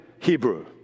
Hebrew